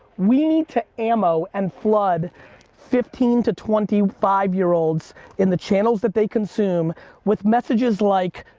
we need to ammo and flood fifteen to twenty five year olds in the channels that they consume with messages like